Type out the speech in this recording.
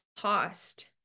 cost